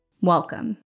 Welcome